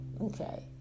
Okay